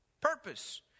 Purpose